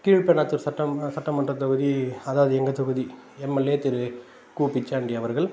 கீழ்பண்ணாத்தூர் சட்டம் ம சட்டமன்றத்தொகுதி அதாவது எங்கள் தொகுதி எம்எல்ஏ திரு கூ பிச்சாண்டி அவர்கள்